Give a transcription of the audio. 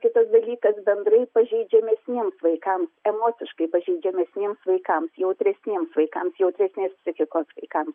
kitas dalykas bendrai pažeidžiamesniems vaikam emociškai pažeidžiamesniems vaikams jautresniems vaikams jautresnės psichikos vaikams